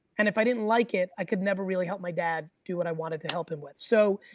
and if i didn't like it, i could never really help my dad do what i wanted to help him with. so,